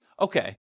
okay